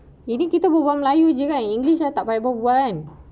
ini kita berbual-bual melayu jer kan english tak payah berbual kan